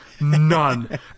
none